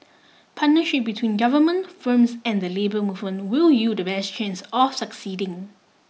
partnership between Government firms and the labour movement will yield the best chance of succeeding